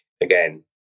again